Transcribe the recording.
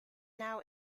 now